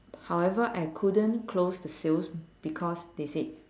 however I couldn't close the sales because they said